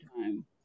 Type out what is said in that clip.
time